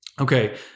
Okay